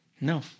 No